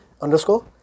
underscore